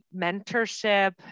mentorship